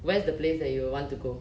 where's the place that you will want to go